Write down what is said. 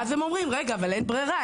ואז הם אומרים: אבל אין ברירה,